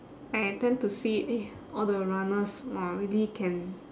I tend to see eh all the runners !wah! really can